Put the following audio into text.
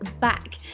back